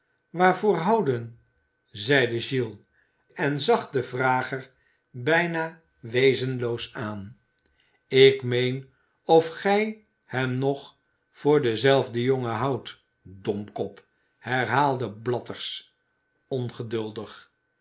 houden zeide giles en zag den vrager bijna wezenloos aan ik meen of gij hem nog voor denzelfden jongen houdt domkop herhaalde bla hers ongeduldig